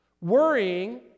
Worrying